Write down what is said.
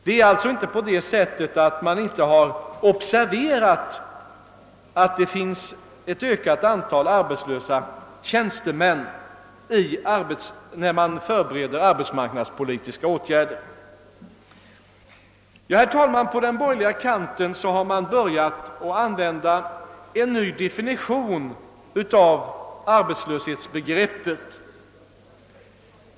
Det är alltså inte så, att man i de arbetsmarknadspolitiska åtgärderna inte har :;observerat att antalet arbetslösa tjänstemän har ökat.. På den borgerliga kanten har man börjat tillämpa. en ..ny' definition av arbetslöshetsbegreppet.